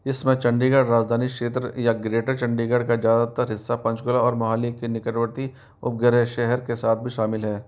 इस में चंडीगढ़ राजधानी क्षेत्र या ग्रेटर चंडीगढ़ का ज़्यादातर हिस्सा पंचकुला और मोहाली के निकटवर्ती उपग्रह शहर के साथ भी शामिल हैं